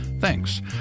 Thanks